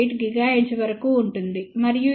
8 GHz వరకు ఉంటుంది మరియు ఇది 0